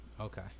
Okay